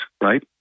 right